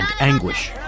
anguish